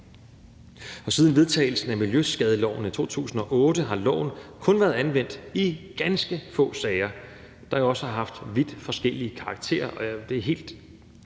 Siden vedtagelsen af miljøskadeloven i 2008 har loven kun været anvendt i ganske få sager, der også har haft forskellig karakter.